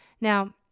Now